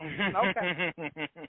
Okay